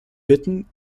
bitten